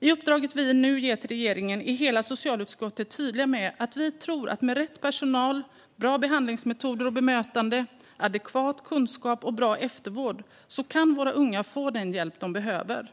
I det uppdrag vi nu ger regeringen är hela socialutskottet tydliga med att vi tror att med rätt personal, bra behandlingsmetoder och bemötande, adekvat kunskap och bra eftervård kan våra unga få den hjälp de behöver.